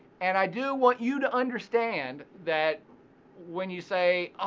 and i do want you to understand that when you say,